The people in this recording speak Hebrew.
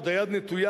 עוד היד נטויה,